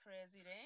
president